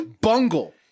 bungle